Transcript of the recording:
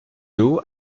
haut